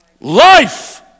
life